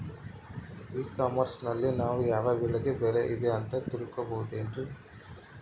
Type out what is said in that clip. E commerce ನಲ್ಲಿ ನಾವು ಯಾವ ಬೆಳೆಗೆ ಬೆಲೆ ಇದೆ ಅಂತ ತಿಳ್ಕೋ ಬಹುದೇನ್ರಿ?